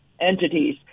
entities